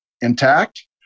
intact